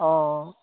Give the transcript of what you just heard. অঁ